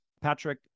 Patrick